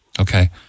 Okay